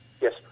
Yes